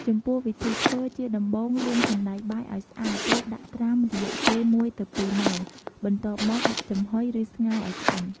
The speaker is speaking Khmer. ចំពោះវិធីធ្វើ ជាដំបូង លាងសណ្តែកបាយឱ្យស្អាតរួចដាក់ត្រាំរយៈពេល ១ទៅ២ម៉ោងបន្ទាប់មកដាក់ចំហុយឬស្ងោរឱ្យឆ្អិន។